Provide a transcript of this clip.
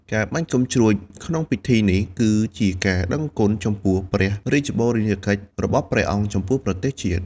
ការបាញ់កាំជ្រួចក្នុងពិធីនេះ គឺជាការដឹងគុណចំពោះព្រះរាជបូជនីយកិច្ចរបស់ព្រះអង្គចំពោះប្រទេសជាតិ។